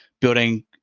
building